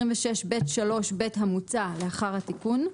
26ב(3)(ב) המוצע לאחר התיקון: